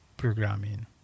Programming